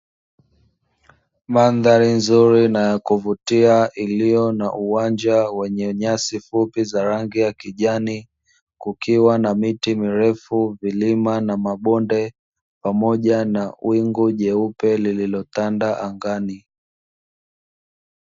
Mandhari nzuri na ya kuvutia iliyo na uwanja wenye nyasi fupi ya rangi ya kijani, kukiwa na miti mirefu, milima, mabonde pamoja na wingu jeupe lililotanda angani.